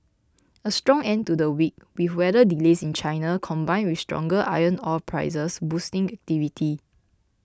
a strong end to the week with weather delays in China combined with stronger iron ore prices boosting activity